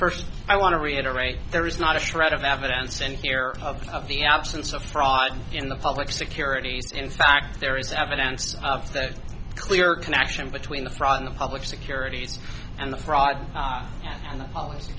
first i want to reiterate there is not a shred of evidence and care of the absence of fraud in the public securities in fact there is evidence of that clear connection between the fraud in the public securities and the fraud and the policy